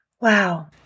Wow